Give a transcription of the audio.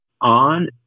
on